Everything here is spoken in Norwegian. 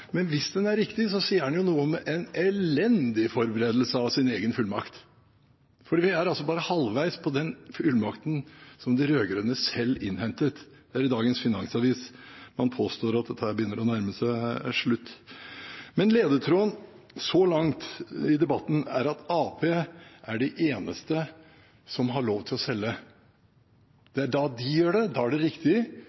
men hvis den er riktig, sier den noe om en elendig forberedelse av egen fullmakt. Vi er altså bare halvveis på den fullmakten som de rød-grønne selv innhentet. Det er i dagens Finansavisen man påstår at dette begynner å nærme seg slutten. Men ledetråden så langt i debatten er at Arbeiderpartiet er de eneste som har lov til å selge. Når de gjør det, er det riktig. Når andre gjør det, hektes det